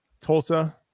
Tulsa